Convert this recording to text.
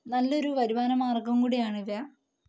നല്ലൊരു വരുമാന മാര്ഗം കൂടിയാണ് ഇവ